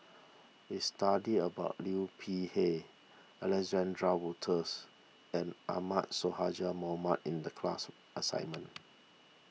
we studied about Liu Peihe Alexander Wolters and Ahmad Sonhadji Mohamad in the class assignment